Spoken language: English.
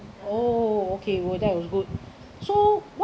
oh okay well that was good so